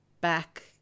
back